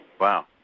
Wow